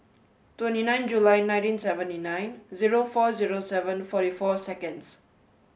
twenty nine July nineteen seventy nine zero four zero seven forty four seconds